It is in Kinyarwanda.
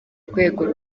rwego